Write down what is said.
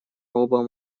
оба